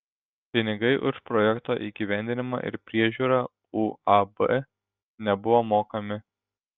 pinigai už projekto įgyvendinimą ir priežiūrą uab nebuvo mokami